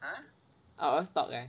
out of stock eh